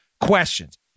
questions